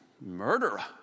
murderer